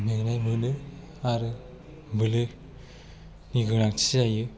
मेंनाय मोनो आरो मुलिनि गोनांथि जायो